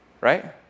Right